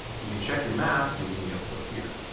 you can check your math using the output here.